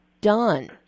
done